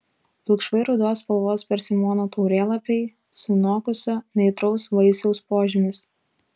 pilkšvai rudos spalvos persimono taurėlapiai sunokusio neaitraus vaisiaus požymis